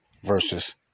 versus